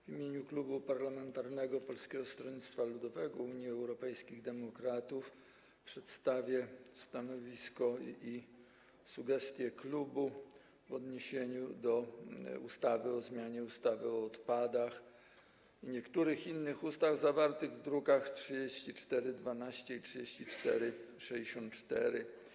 W imieniu Klubu Parlamentarnego Polskiego Stronnictwa Ludowego - Unii Europejskich Demokratów przedstawię stanowisko i sugestie klubu w odniesieniu do ustawy o zmianie ustawy o odpadach oraz niektórych innych ustaw, druki nr 3412 i 3464.